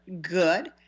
Good